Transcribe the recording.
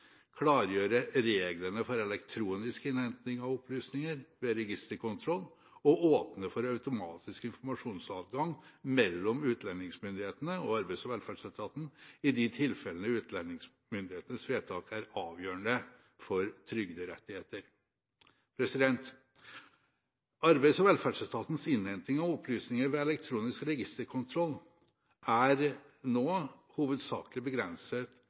klargjøre reglene for elektronisk innhenting av opplysninger ved registerkontroll og åpne for automatisk informasjonsadgang mellom utlendingsmyndighetene og Arbeids- og velferdsetaten i de tilfellene utlendingsmyndighetenes vedtak er avgjørende for trygderettigheter. Arbeids- og velferdsetatens innhenting av opplysninger ved elektronisk registerkontroll er nå hovedsakelig begrenset